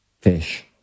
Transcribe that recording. fish